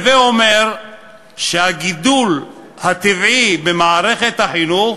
הווי אומר שהגידול הטבעי במערכת החינוך